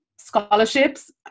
Scholarships